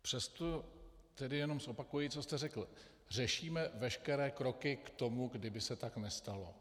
Přesto tedy jenom zopakuji, co jste řekl: Řešíme veškeré kroky k tomu, kdyby se tak nestalo.